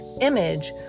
image